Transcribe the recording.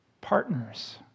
partners